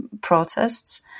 protests